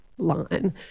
line